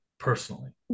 Personally